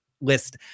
list